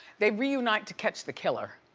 they reunite to catch the killer.